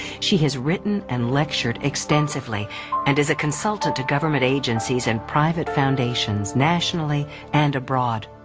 she has written and lectured extensively and is a consultant to government agencies and private foundations nationally and abroad.